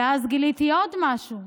ואז גיליתי עוד משהו: